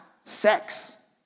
sex